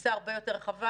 לתפיסה הרבה יותר רחבה.